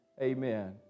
amen